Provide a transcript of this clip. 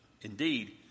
indeed